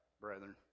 brethren